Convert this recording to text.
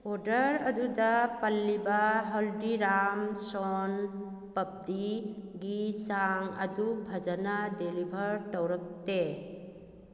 order ꯑꯗꯨꯗ ꯄꯜꯂꯤꯕ ꯍꯜꯗꯤꯔꯥꯝꯁ ꯁꯣꯟ ꯄꯞꯗꯤꯒꯤ ꯆꯥꯡ ꯑꯗꯨ ꯐꯖꯅ ꯗꯦꯂꯤꯚꯔ ꯇꯧꯔꯛꯇꯦ